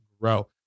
grow